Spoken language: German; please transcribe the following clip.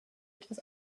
etwas